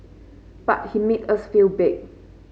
but he made us feel big